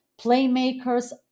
playmakers